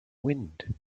wind